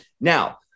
now